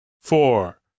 four